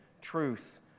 truth